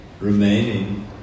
remaining